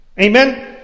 Amen